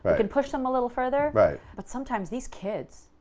could push them a little further. but but sometimes these kids,